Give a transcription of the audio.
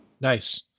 nice